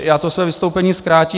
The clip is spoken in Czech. Já své vystoupení zkrátím.